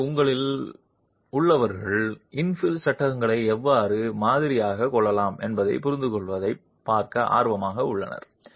எனவே உங்களில் உள்ளவர்கள் இன்ஃபில் சட்டங்களை எவ்வாறு மாதிரியாகக் கொள்ளலாம் என்பதைப் புரிந்துகொள்வதைப் பார்க்க ஆர்வமாக உள்ளனர்